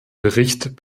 bericht